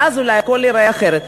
ואז אולי הכול ייראה אחרת.